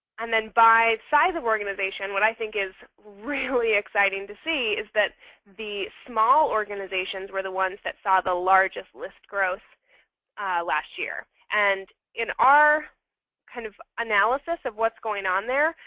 and then by size of organization, what i think is really exciting to see is that the small organizations were the ones that saw the largest list growth last year. and in our kind of analysis of what's going on there,